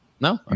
No